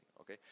okay